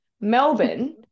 Melbourne